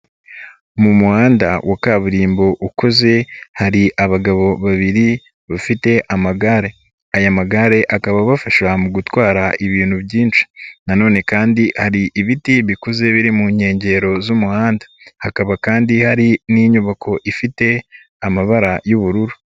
Mu muhanda wa kaburimbo ukuze, hari abagabo babiri bafite amagare. Aya magare akaba abafasha mu gutwara ibintu byinshi na none kandi hari ibiti bikuze biri mu nkengero z'umuhanda. Hakaba kandi hari n'inyubako ifite amabara y'ubururu.